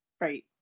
Right